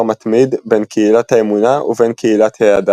מתמיד "בין קהילת האמונה ובין קהילת ההדר"